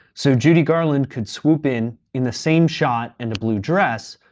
so judy garland could swoop in, in the same shot and a blue dress,